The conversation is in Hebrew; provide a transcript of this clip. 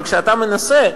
אבל כשאתה מנסה,